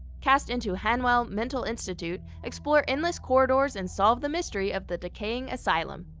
cast into hanwell mental institute, explore endless corridors and solve the mystery of the decaying asylum.